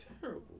terrible